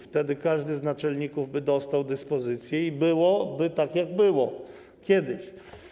Wtedy każdy naczelnik dostałby dyspozycję i byłoby tak, jak było kiedyś.